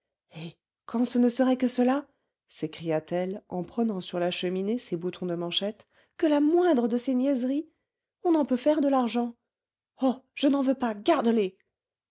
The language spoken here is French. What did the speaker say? quand ce ne serait que cela s'écria-t-elle en prenant sur la cheminée ses boutons de manchettes que la moindre de ces niaiseries on en peut faire de l'argent oh je n'en veux pas garde-les